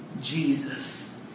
Jesus